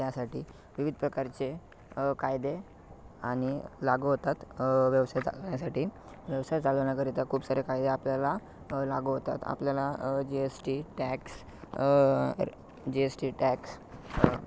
त्यासाठी विविध प्रकारचे कायदे आणि लागू होतात व्यवसाय चालवण्यासाठी व्यवसाय चालवण्याकरिता खूप सारे कायदे आपल्याला लागू होतात आपल्याला G S T tax G S T tax